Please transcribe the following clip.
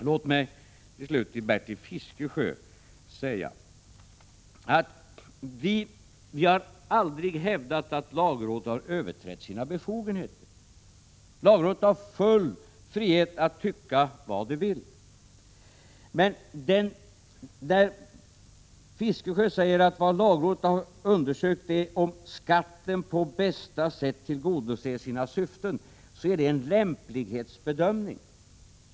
Låt mig slutligen till Bertil Fiskesjö säga att vi aldrig har hävdat att lagrådet har överträtt sina befogenheter. Lagrådet har full frihet att tycka vad det vill. Men när Fiskesjö säger att vad lagrådet har undersökt är om skatten på bästa sätt tillgodoser sina syften, så rör det sig om en lämplighetsbedömning.